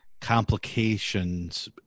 Complications